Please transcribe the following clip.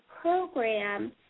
program